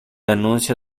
anuncio